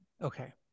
Okay